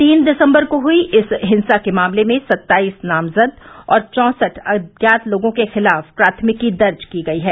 तीन दिसम्बर को हुई इस हिंसा के मामले में सत्ताईस नामज़द और चौसठ अज्ञात लोगों के ख़िलाफ़ प्राथमिकी दर्ज की गई है